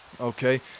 Okay